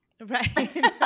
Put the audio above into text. Right